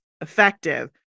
effective